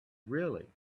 really